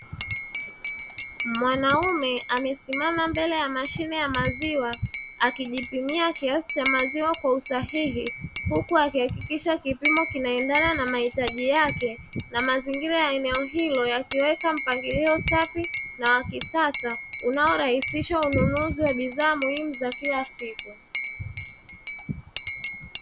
Mwanaume amesimama mbele ya mashine ya maziwa akijipimia kiasi cha maziwa kwa usahihi, huku akihakikisha kipimo kinaendana na mahitaji yake. Na mazingira ya eneo hilo yakiweka mpangilio safi na wa kisasa, unaorahisisha ununuzi wa bidhaa muhimu za kila siku.